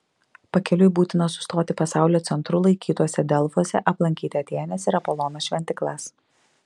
pakeliui būtina sustoti pasaulio centru laikytuose delfuose aplankyti atėnės ir apolono šventyklas